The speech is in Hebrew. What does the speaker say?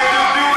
השר גלעד ארדן.